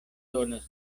donas